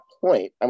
point